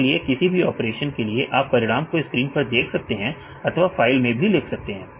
इसीलिए किसी भी ऑपरेशन के लिए आप परिणाम को स्क्रीन पर देख सकते हैं अथवा फाइल में भी लिख सकते हैं